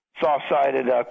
soft-sided